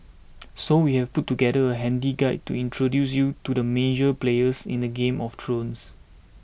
so we've put together a handy guide to introduce you to the major players in the game of thrones